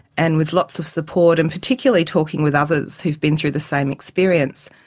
and with lots of support, and particularly talking with others who have been through the same experience,